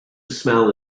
smell